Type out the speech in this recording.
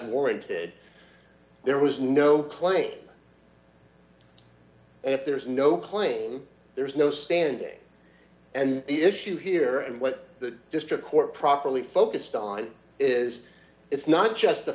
warranted there was no claim if there is no claim there is no standing and the issue here and what the district court properly focused on is it's not just the